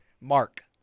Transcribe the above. Mark